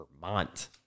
Vermont